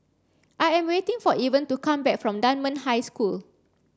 I am waiting for Evan to come back from Dunman High School